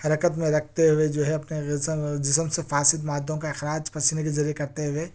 حرکت میں رکھتے ہوئے جو ہے اپنے جسم اور جسم سے فاسد مادوں کا اخراج پسینے کے ذریعے کرتے ہوئے